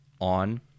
on